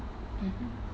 mmhmm